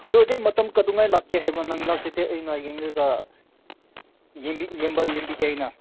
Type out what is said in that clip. ꯑꯗꯨ ꯑꯣꯏꯔꯗꯤ ꯃꯇꯝ ꯀꯩꯗꯧꯉꯩ ꯂꯥꯛꯀꯦ ꯍꯥꯏꯕ꯭ꯔꯥ ꯅꯪ ꯂꯥꯛꯇ꯭ꯔꯗꯤ ꯑꯩꯅ ꯌꯦꯡꯂꯒ ꯑꯁ ꯌꯦꯡꯕ ꯌꯦꯡꯕꯤꯒꯦ ꯑꯩꯅ